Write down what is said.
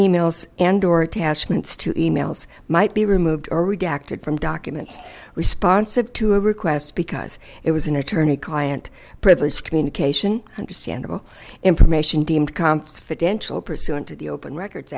e mails and or attachments to emails might be removed or redacted from documents responsive to a request because it was an attorney client privilege communication understandable information deemed confidential pursuant to the open records